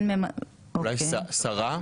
אולי שרה?